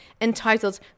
entitled